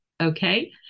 okay